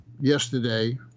yesterday